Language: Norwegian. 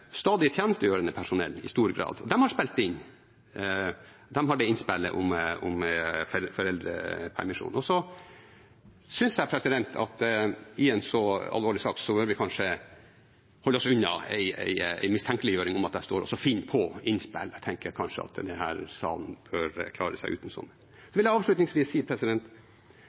stadig tjenestegjørende personell. De har det innspillet om foreldrepermisjon. Så synes jeg at i en så alvorlig sak bør vi kanskje holde oss unna en mistenkeliggjøring av at jeg står og finner på innspill. Jeg tenker kanskje at denne salen bør klare seg uten sånt. Så vil jeg avslutningsvis si: